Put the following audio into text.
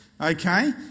okay